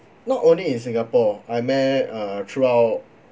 not only in singapore I meant uh throughout